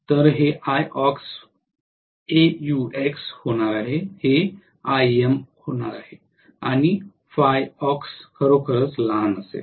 तर हे Iaux होणार आहे हे IM होणार आहे आणि खरोखरच लहान असेल